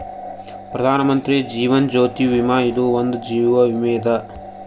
ಪ್ರಧಾನ್ ಮಂತ್ರಿ ಜೀವನ್ ಜ್ಯೋತಿ ಭೀಮಾ ಇದು ಒಂದ ಜೀವ ವಿಮೆ ಅದ